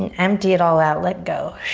and empty it all out, let go.